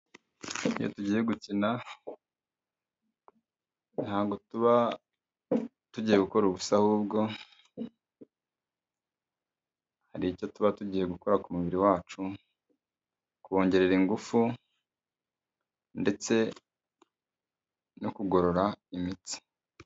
Iyo tugiye gukina, ntabwo tuba tugiye gukora ubusa ahubwo, hari icyo tuba tugiye gukora ku mubiri wacu, kuwongerera ingufu, ndetse no kugorora imitsi.